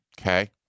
Okay